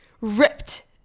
ripped